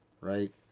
right